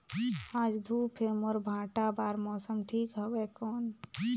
आज धूप हे मोर भांटा बार मौसम ठीक हवय कौन?